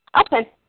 Okay